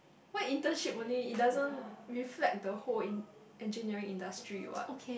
what internship only it doesn't reflect the whole in engineering industry [what]